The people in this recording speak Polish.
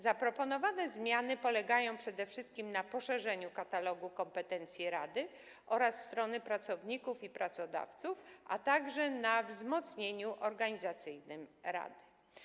Zaproponowane zmiany polegają przede wszystkim na poszerzeniu katalogu kompetencji rady oraz strony pracowników i pracodawców, a także na wzmocnieniu organizacyjnym rady.